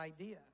idea